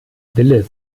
wille